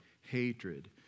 hatred